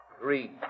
three